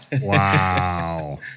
Wow